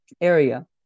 area